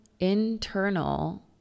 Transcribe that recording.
internal